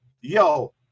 yo